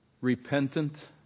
repentant